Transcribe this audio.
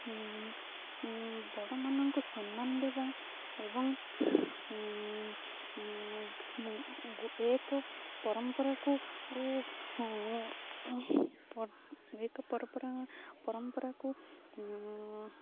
ବଡ଼ମାନଙ୍କୁ ସମ୍ମାନ ଦେବା ଏବଂ ଏକ ପରମ୍ପରାକୁ ଏକ ପରମ୍ପରା ପରମ୍ପରାକୁ